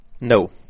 No